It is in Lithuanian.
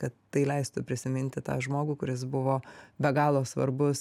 kad tai leistų prisiminti tą žmogų kuris buvo be galo svarbus